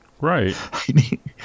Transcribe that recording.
Right